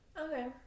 Okay